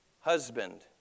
husband